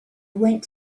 went